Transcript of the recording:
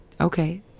Okay